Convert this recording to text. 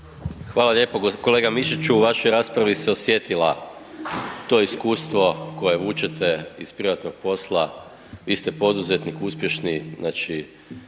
Hvala lijepo. Kolega Mišiću, u vašoj raspravi se osjetilo to iskustvo koje vučete iz privatnog posla, vi ste poduzetnik, uspješni,